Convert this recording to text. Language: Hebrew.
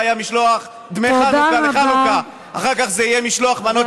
90 מיליון דולר שהממשלה הזאת אישרה להעביר לארגון טרור בכסף מזומן.